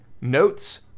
notes